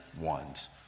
ones